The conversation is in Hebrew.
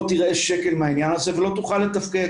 תראה שקל מהעניין הזה ולא תוכל לתפקד.